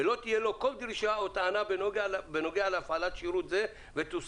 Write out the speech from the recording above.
ולא תהיה לא כל דרישה או טענה בנוגע להפעלת שירות זה...."